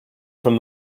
from